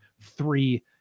three